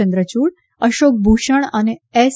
ચંદ્રયુડ અશોક ભૂષણ અને એસ